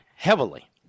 heavily